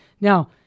Now